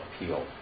appeal